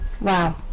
Wow